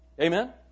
Amen